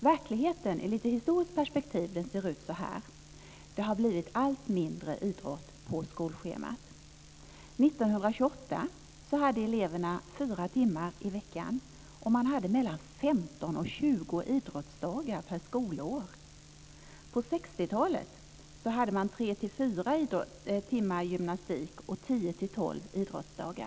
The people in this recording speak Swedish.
Verkligheten i ett lite historiskt perspektiv ser ut så här: Det har blivit allt mindre idrott på skolschemat. År 1928 hade eleverna 4 timmar i veckan, och man hade mellan 15 och 20 idrottsdagar per skolår. På 60 talet hade man 3-4 timmar gymnastik och 10-12 idrottsdagar.